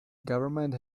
government